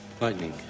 Lightning